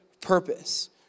purpose